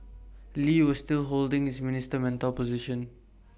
lee was still holding his minister mentor position